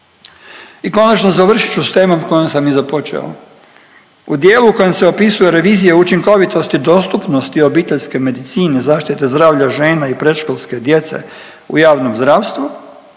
I konačno završit ću s temom s kojom sam i započeo. U dijelu u kojem se opisuje revizija učinkovitosti i dostupnosti obiteljske medicine, zaštite zdravlja žena i predškolske djece u javnom zdravstvu,